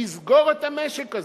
תסגור את המשק הזה.